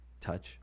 touch